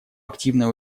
активное